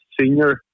senior